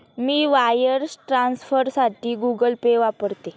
मी wire ट्रान्सफरसाठी Google Pay वापरते